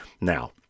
Now